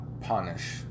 punish